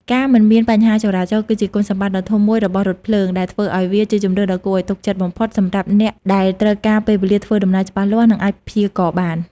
ការមិនមានបញ្ហាចរាចរណ៍ គឺជាគុណសម្បត្តិដ៏ធំមួយរបស់រថភ្លើង ដែលធ្វើឱ្យវាជាជម្រើសដ៏គួរឱ្យទុកចិត្តបំផុតសម្រាប់អ្នកដែលត្រូវការពេលវេលាធ្វើដំណើរច្បាស់លាស់ និងអាចព្យាករណ៍បាន។